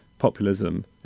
populism